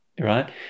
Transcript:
right